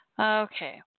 Okay